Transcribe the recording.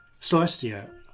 Celestia